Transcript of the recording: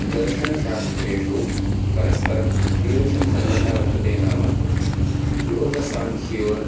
दर्शनशास्त्रेषु परस्परं कीदृशः सम्बन्धः वर्तते नाम योगसाङ्ख्योः